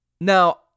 Now